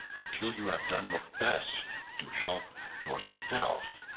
until you have done your best to help yourself,